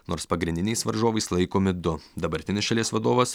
nors pagrindiniais varžovais laikomi du dabartinis šalies vadovas